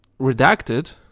redacted